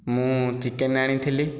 ମୁଁ ଚିକେନ ଆଣିଥିଲି